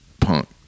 punk